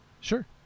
Sure